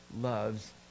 loves